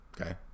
Okay